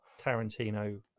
Tarantino